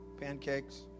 pancakes